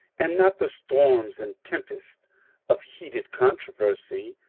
and not the storms and tempests of heated controversy,